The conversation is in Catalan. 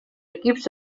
equips